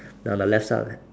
on the left side